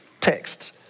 texts